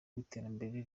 w’iterambere